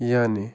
یعنی